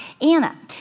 Anna